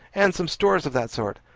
and some stores of that sort.